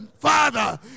Father